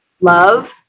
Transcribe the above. love